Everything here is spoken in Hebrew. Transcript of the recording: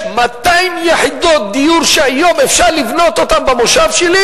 200 יחידות דיור אפשר לבנות היום במושב שלי.